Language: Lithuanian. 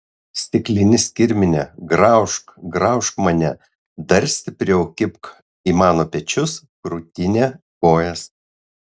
stiklinis kirmine graužk graužk mane dar stipriau kibk į mano pečius krūtinę kojas